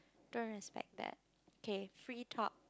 don't respect that okay free talk